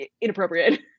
inappropriate